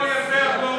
איפה כל יפי הבלורית?